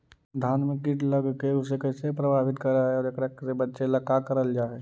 धान में कीट लगके उसे कैसे प्रभावित कर हई और एकरा से बचेला का करल जाए?